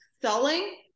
selling